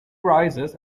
rises